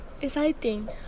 exciting